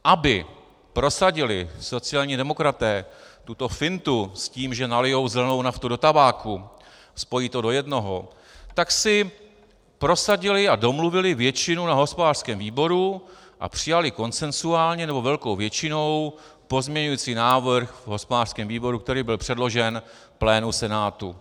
Aby prosadili sociální demokraté tuto fintu s tím, že nalijí zelenou naftu do tabáku, spojí to jednoho, tak si prosadili a domluvili většinu na hospodářském výboru a přijali konsensuálně, nebo velkou většinou, pozměňující návrh v hospodářském výboru, který byl předložen plénu Senátu.